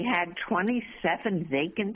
had twenty second ranking